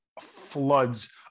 floods